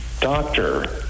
Doctor